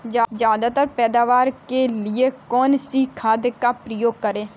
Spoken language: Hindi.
ज्यादा पैदावार के लिए कौन सी खाद का प्रयोग करें?